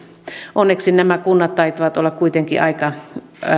onneksi nämä kunnat taitavat olla kuitenkin aika